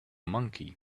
monkey